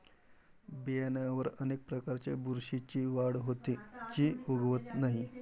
बियांवर अनेक प्रकारच्या बुरशीची वाढ होते, जी उगवत नाही